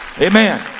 Amen